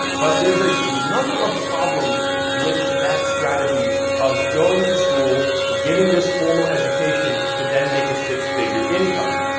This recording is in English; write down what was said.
but there's a number of problems with that strategy of going to school, getting this formal education, to then make a six figure income.